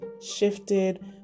shifted